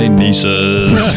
nieces